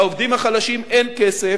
לעובדים החלשים אין כסף.